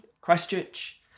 Christchurch